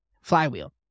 flywheel